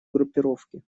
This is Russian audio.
группировки